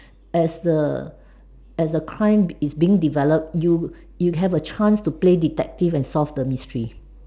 as the as the crime is being develop you you have a chance to play detective and solve the mystery